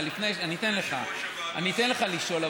אתן לך לשאול,